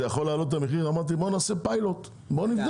יכול להעלות את המחיר אמרתי שנעשה פיילוט ונבדוק.